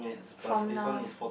from now